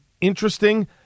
Interesting